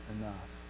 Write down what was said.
enough